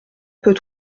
peut